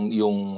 yung